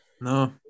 No